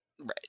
Right